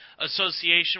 association